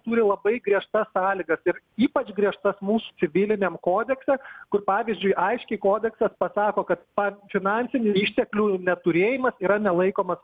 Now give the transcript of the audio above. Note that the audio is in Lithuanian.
turi labai griežtas sąlygas ir ypač griežtas mūsų civiliniam kodekse kur pavyzdžiui aiškiai kodeksas pasako kad pats finansinių išteklių neturėjimas yra nelaikoma